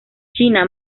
china